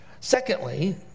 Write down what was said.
Secondly